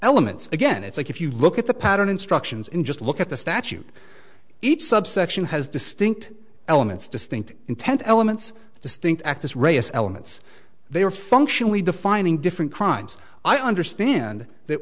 elements again it's like if you look at the pattern instructions in just look at the statute each subsection has distinct elements distinct intent elements distinct actus reus elements they are functionally defining different crimes i understand that